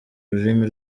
ururimi